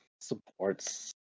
supports